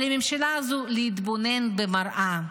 על הממשלה הזו להתבונן במראה,